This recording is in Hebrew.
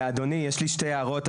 אדוני, יש לי שתי הערות.